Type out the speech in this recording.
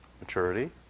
maturity